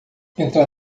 entrar